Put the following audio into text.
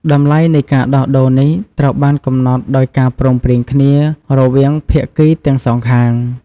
តម្លៃនៃការដោះដូរនេះត្រូវបានកំណត់ដោយការព្រមព្រៀងគ្នារវាងភាគីទាំងសងខាង។